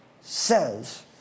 says